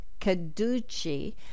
Caducci